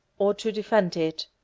or to defend it!